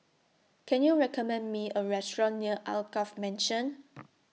Can YOU recommend Me A Restaurant near Alkaff Mansion